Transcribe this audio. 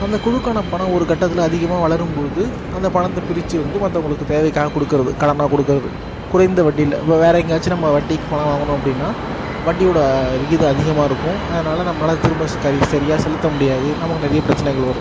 அந்த குழுக்கான பணம் ஒரு கட்டத்தில் அதிகமாக வளரும் போது அந்த பணத்தை பிரித்து வந்து மற்றவங்களுக்கு தேவைக்காக கொடுக்குறது கடனாக கொடுக்குறது குறைந்த வட்டியில இப்போ வேற எங்கேயாச்சும் நம்ம வட்டிக்கு பணம் வாங்கினோம் அப்படின்னா வட்டியோட விகிதம் அதிகமாக இருக்கும் அதனால் நம்மளால் அதை திரும்ப கரி சரியாக செலுத்த முடியாது நமக்கு நிறைய பிரச்சனைகள் வரும்